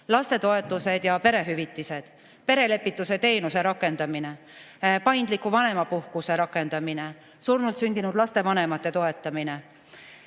Lastetoetused ja perehüvitised. Perelepituse teenuse rakendamine. Paindliku vanemapuhkuse rakendamine. Surnult sündinud laste vanemate toetamine.